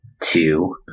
two